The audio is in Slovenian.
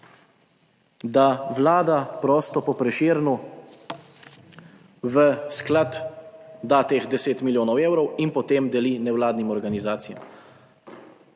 da Vlada prosto po Prešernu v sklad da teh 10 milijonov evrov in potem deli nevladnim organizacijam.